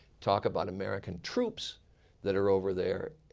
talk about american troops that are over there,